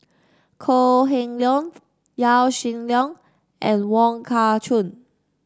Kok Heng Leun Yaw Shin Leong and Wong Kah Chun